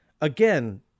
again